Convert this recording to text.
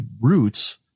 roots